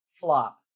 Flop